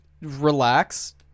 relax